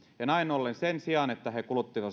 näin ollen sen sijaan että he